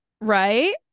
Right